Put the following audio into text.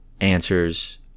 answers